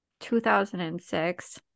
2006